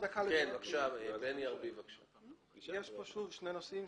יש פה שני נושאים.